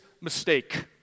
mistake